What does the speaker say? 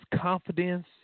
confidence